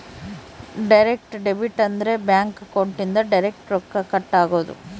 direct debit ಅಂದ್ರ bank account ಇಂದ direct ರೊಕ್ಕ ಕಟ್ ಆಗೋದು